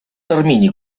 termini